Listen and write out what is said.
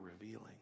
revealing